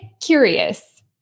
curious